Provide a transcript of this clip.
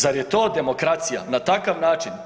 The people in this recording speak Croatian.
Zar je to demokracija, na takav način?